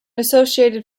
associated